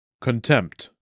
Contempt